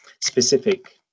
specific